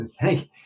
Thank